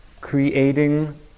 creating